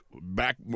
back